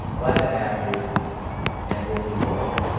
glad to have you and we'll see you later.